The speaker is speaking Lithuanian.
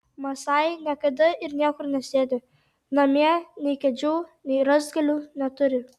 masajai niekada ir niekur nesėdi namie nei kėdžių nei rąstgalių neturi